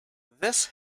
this